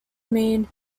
mean